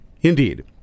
Indeed